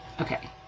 okay